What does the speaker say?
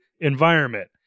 environment